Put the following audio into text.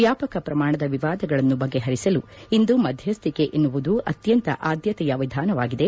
ವ್ಯಾಪಕ ಪ್ರಮಾಣದ ವಿವಾದಗಳನ್ನು ಬಗೆಪರಿಸಲು ಇಂದು ಮಧ್ಯಸ್ಥಿಕೆ ಎನ್ನುವುದು ಅತ್ಯಂತ ಆದ್ಯತೆಯ ವಿಧಾನವಾಗಿದೆ